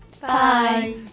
Bye